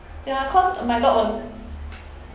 ya cause my dog will